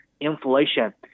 inflation